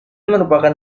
merupakan